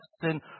sin